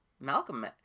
Malcolm